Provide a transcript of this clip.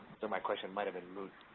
so my question might have been moot.